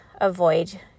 avoid